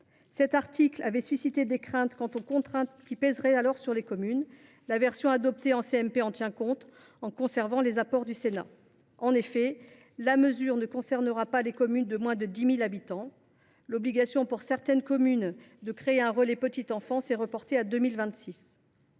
Cet article avait suscité des craintes quant aux contraintes qui pèseraient alors sur les communes. La version adoptée en commission mixte paritaire en tient compte, en conservant les apports du Sénat. En effet, la mesure ne concernera pas les communes de moins de 10 000 habitants. L’obligation pour certaines communes de créer un relais petite enfance est reportée à 2026.